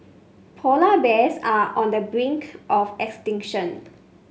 polar bears are on the brink of extinction